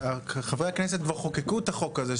חברי הכנסת כבר חוקקו את החוק הזה,